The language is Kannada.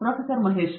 professor Mahesh V